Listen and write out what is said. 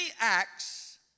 acts